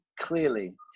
clearly